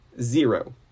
zero